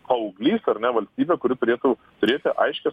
paauglys ar ne valstybė kuri turėtų turėti aiškią